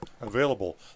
available